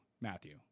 Matthew